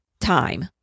time